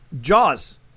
Jaws